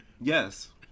Yes